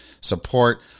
support